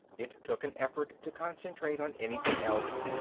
it took an effort to concentrate on anything else,